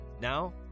Now